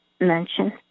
mentioned